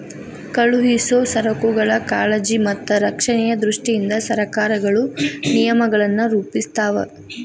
ಕಳುಹಿಸೊ ಸರಕುಗಳ ಕಾಳಜಿ ಮತ್ತ ರಕ್ಷಣೆಯ ದೃಷ್ಟಿಯಿಂದ ಸರಕಾರಗಳು ನಿಯಮಗಳನ್ನ ರೂಪಿಸ್ತಾವ